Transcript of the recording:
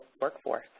workforce